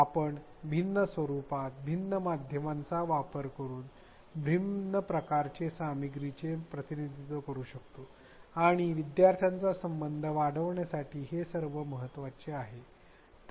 आपण भिन्न स्वरूपात भिन्न माध्यमांचा वापर करून भिन्न प्रकारे सामग्रीचे प्रतिनिधित्व करू शकतो आणि विद्यार्थ्यांचा संबंध वाढविण्यासाठी हे सर्व महत्वाचे आहे